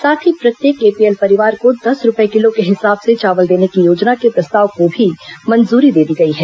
साथ ही प्रत्येक एपीएल परिवार को दस रूपये किलो के हिसाब से चावल देने की योजना के प्रस्ताव को भी मंजूरी दे दी गई है